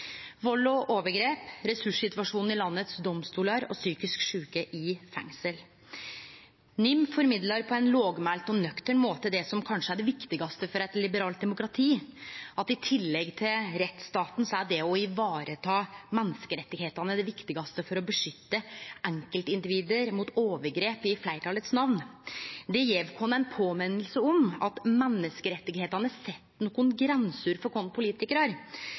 vald og overgrep, ressurssituasjonen i domstolane i landet og psykisk sjuke i fengsel. NIM formidlar på ein lågmælt og nøktern måte det som kanskje er det viktigaste for eit liberalt demokrati, at i tillegg til rettsstaten er det å vareta menneskerettane det viktigaste for å beskytte enkeltindivid mot overgrep i namnet til fleirtalet. Det gjev oss ei påminning om at menneskerettane set nokre grenser for oss politikarar,